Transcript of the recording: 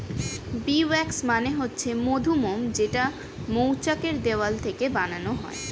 bee wax মানে হচ্ছে মধুমোম যেইটা মৌচাক এর দেওয়াল থেকে বানানো হয়